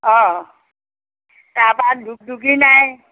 অঁ তাপা দুগদুগী নাই